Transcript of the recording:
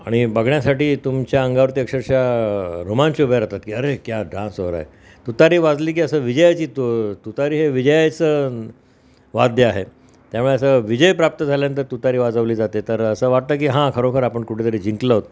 आणि बघण्यासाठी तुमच्या अंगावरती अक्षरशः रोमांच उभ्या राहतात की अरे क्या डान्स हो रहा है तुतारी वाजली की असं विजयाची तु तुतारी हे विजयाचं वाद्य आहे त्यामुळे असं विजय प्राप्त झाल्यानंतर तुतारी वाजवली जाते तर असं वाटतं की हा खरोखर आपण कुठेतरी जिंकलो आहोत